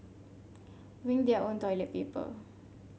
bring their own toilet paper